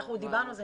אנחנו דיברנו על זה.